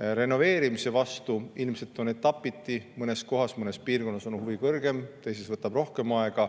Renoveerimise vastu ilmselt on etapiti mõnes kohas, mõnes piirkonnas huvi kõrgem, teises võtab rohkem aega.